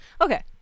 Okay